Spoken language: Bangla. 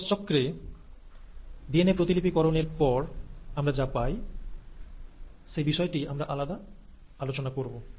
কোষচক্রে ডিএনএ প্রতিলিপিকরণের পর আমরা যা পাই সেই বিষয়টি আমরা আলাদা আলোচনা করব